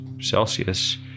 Celsius